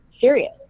serious